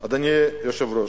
אדוני היושב-ראש,